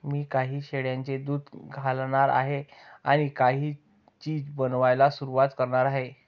मी काही शेळ्यांचे दूध घालणार आहे आणि काही चीज बनवायला सुरुवात करणार आहे